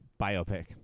biopic